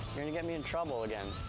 gonna get me in trouble again.